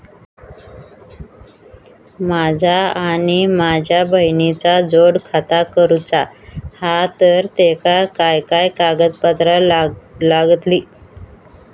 माझा आणि माझ्या बहिणीचा जोड खाता करूचा हा तर तेका काय काय कागदपत्र लागतली?